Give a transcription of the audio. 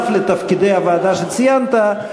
ובנוסף לתפקידי הוועדה שציינת,